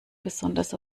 besonders